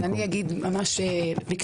כן, אני אגיד ממש בקצרה.